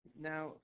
Now